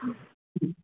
ह